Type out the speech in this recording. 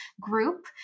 Group